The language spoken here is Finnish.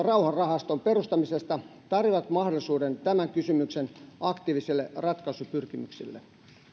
rauhanrahaston perustamisesta tarjoavat mahdollisuuden tämän kysymyksen aktiivisille ratkaisupyrkimyksille